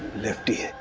lefty.